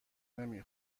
نمی